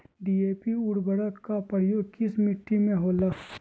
DAP उर्वरक का प्रयोग किस मिट्टी में होला?